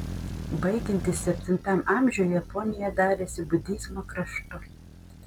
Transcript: baigiantis septintam amžiui japonija darėsi budizmo kraštu